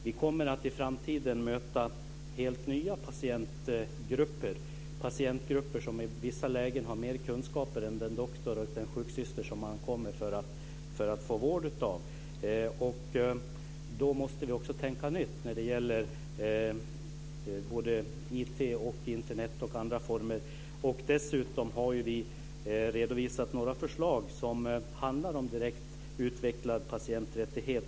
Vi kommer i framtiden att möta helt nya patientgrupper, patientgrupper som i vissa lägen har mer kunskaper än den doktor och den sjuksyster som de kommer till för att få vård. Då måste vi också tänka nytt när det gäller IT, Internet och andra former. Dessutom har ju vi redovisat några förslag som handlar om en direkt utvecklad patienträttighet.